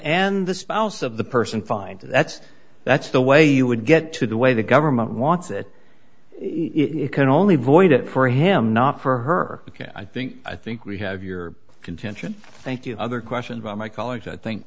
and the spouse of the person find that's that's the way you would get to the way the government wants it it can only void it for him not for her ok i think i think we have your contention thank you other question by my colleagues i think